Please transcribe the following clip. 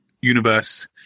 universe